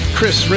Chris